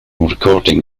recording